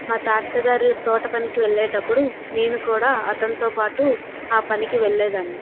మా తాత గారు తోటపనికి వెళ్ళేటప్పుడు నేను కూడా అతనితో పాటు ఆ పనికి వెళ్లేదానిని